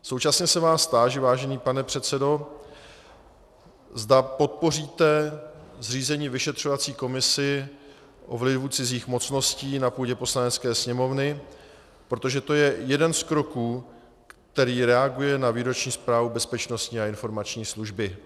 Současně se vás táži, vážený pane předsedo, zda podpoříte zřízení vyšetřovací komise o vlivu cizích mocností na půdě Poslanecké sněmovny, protože to je jeden z kroků, který reaguje na výroční zprávu Bezpečnostní informační služby.